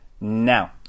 Now